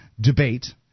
debate